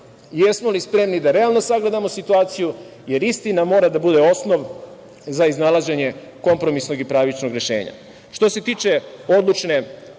jesmo li spremni realno da sagledamo situaciju, jer istina mora da bude osnov za iznalaženje kompromisnog i pravičnog rešenja. Što